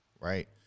Right